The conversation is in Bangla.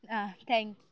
হ্যাঁ থ্যাংক ইউ